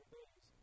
days